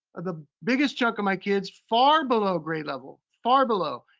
the biggest chunk of my kids far below grade level, far below.